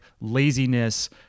laziness